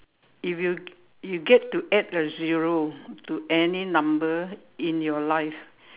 if you you get to add a zero to any number in your life